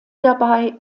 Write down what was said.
dabei